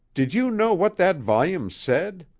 did you know what that volume said?